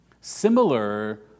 similar